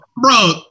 Bro